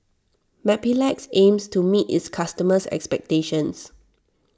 Mepilex aims to meet its customers' expectations